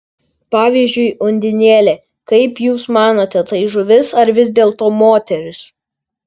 pavyzdžiui undinėlė kaip jūs manote tai žuvis ar vis dėlto moteris